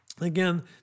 Again